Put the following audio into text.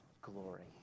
glory